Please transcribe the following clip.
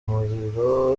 umuriro